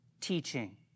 teaching